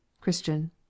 christian